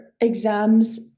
exams